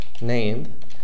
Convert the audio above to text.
named